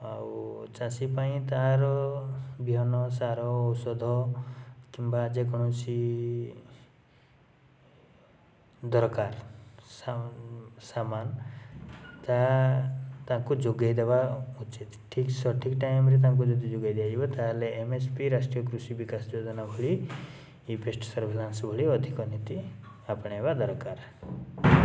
ଆଉ ଚାଷୀ ପାଇଁ ତା'ର ବିହନ ସାର ଔଷଧ କିମ୍ବା ଯେକୌଣସି ଦରକାର ସାମାନ ତାହା ତାକୁ ଯୋଗେଇ ଦେବା ଉଚିତ୍ ଠିକ୍ ସଠିକ୍ ଟାଇମ୍ରେ ତାଙ୍କୁ ଯଦି ଯୋଗେଇ ଦିଆଯିବ ତାହେଲେ ଏମ୍ ଏସ୍ ବି ରାଷ୍ଟ୍ରୀୟ କୃଷି ବିକାଶ ଯୋଜନା ହୁଏ ଇ ବେଷ୍ଟ୍ ସର୍ଭିଲାନ୍ସ୍ ଭଳି ଅଧିକ ନୀତି ଆପଣେଇବା ଦରକାର